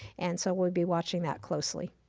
and so we'll be watching that closely.